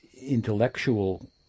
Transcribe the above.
intellectual